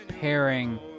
pairing